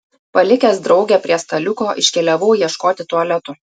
palikęs draugę prie staliuko iškeliavau ieškoti tualetų